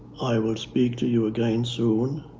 i will speak to you again soon.